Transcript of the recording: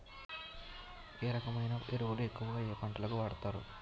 ఏ రకమైన ఎరువులు ఎక్కువుగా ఏ పంటలకు వాడతారు?